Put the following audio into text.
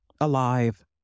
alive